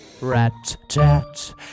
Rat-tat